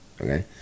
okay